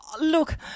Look